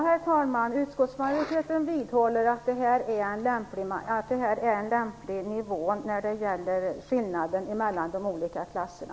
Herr talman! Utskottsmajoriteten vidhåller att det här är en lämplig nivå när det gäller skillnaden mellan de olika klasserna.